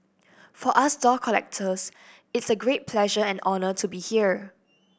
for us doll collectors it's a great pleasure and honour to be here